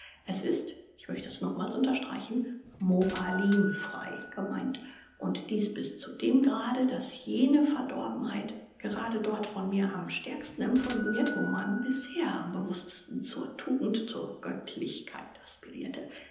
es ist ich möchte es nochmals unterstreichen moralinfrei gemeint und dies bis zu dem grade daß jene verdorbenheit gerade dort von mir am stärksten empfunden wird wo man bisher am bewußtesten zur tugend zur göttlichkeit aspirirte